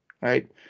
right